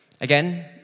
Again